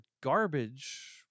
garbage